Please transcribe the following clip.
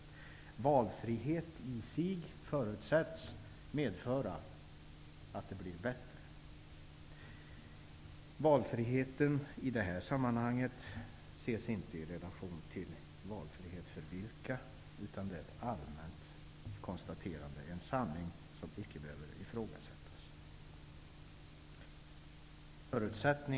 Valfrihet i sig förutsätts medföra att det blir bättre. Valfriheten i det här sammanhanget ses inte i relation till valfrihet för vilka, utan det är ett allmänt konstaterande -- en sanning som icke behöver ifrågasättas.